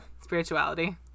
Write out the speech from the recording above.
Spirituality